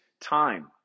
time